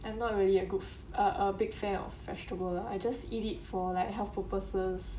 I'm not really a good a a big fan of vegetable lah I just eat it for like health purposes